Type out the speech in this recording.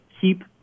keep